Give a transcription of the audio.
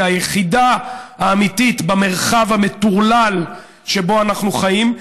היחידה האמיתית במרחב המטורלל שבו אנחנו חיים,